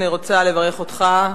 אני רוצה לברך אותך,